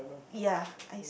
ya I